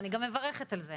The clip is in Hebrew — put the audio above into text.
אני גם מברכת על זה.